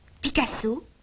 Picasso